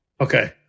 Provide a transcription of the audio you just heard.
okay